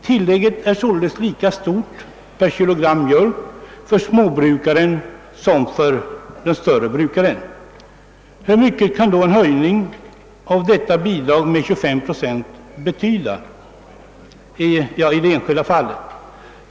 Tillägget är alltså lika stort per kilo mjölk för småbrukaren som för brukare av större enheter. Hur mycket kan då en höjning av detta bidrag med 25 procent betyda i det enskilda fallet?